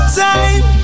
time